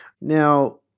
Now